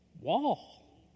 wall